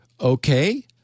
Okay